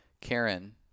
Karen